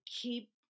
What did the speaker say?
keep